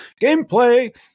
Gameplay